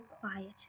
quiet